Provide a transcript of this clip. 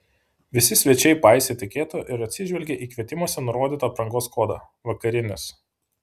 visi svečiai paisė etiketo ir atsižvelgė į kvietimuose nurodytą aprangos kodą vakarinis